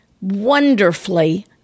wonderfully